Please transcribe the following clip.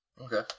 Okay